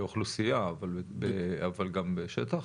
באוכלוסייה, אבל גם בשטח?